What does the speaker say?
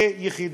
כיחידה.